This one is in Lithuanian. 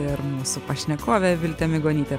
ir mūsų pašnekovė viltė migonytė